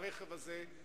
ברכב הזה,